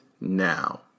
now